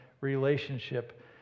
relationship